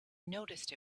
noticed